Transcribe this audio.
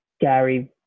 Gary